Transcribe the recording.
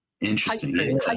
Interesting